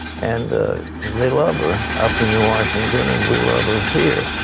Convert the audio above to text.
and they love her up in washington and we love her here.